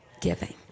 giving